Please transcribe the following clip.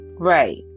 right